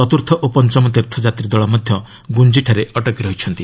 ଚତୁର୍ଥ ଓ ପଞ୍ଚମ ତୀର୍ଥଯାତ୍ରୀ ଦଳ ମଧ୍ୟ ଗୁଞ୍ଜିଠାରେ ଅଟକି ରହିଛନ୍ତି